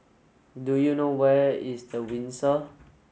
do you know where is The Windsor